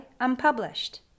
Unpublished